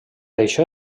això